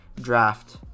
draft